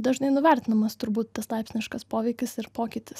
dažnai nuvertinamas turbūt tas laipsniškas poveikis ir pokytis